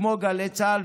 כמו גלי צה"ל,